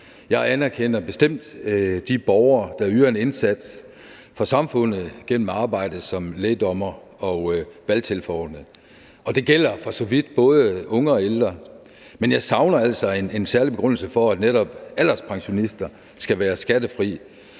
Jeg anerkender bestemt de borgere, der yder en indsats for samfundet gennem arbejdet som lægdommere og valgtilforordnede, og det gælder for så vidt både yngre og ældre. Men jeg savner altså en særlig begrundelse for, at de vederlag, som netop alderspensionister